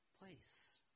place